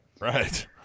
Right